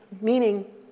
meaning